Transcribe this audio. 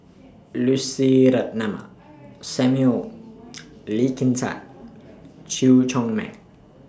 Lucy Ratnammah Samuel Lee Kin Tat Chew Chor Meng